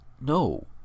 no